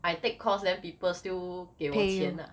I take course then people still 给我钱 ah